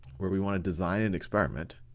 where we wanna design an experiment.